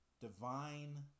divine